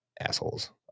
Assholes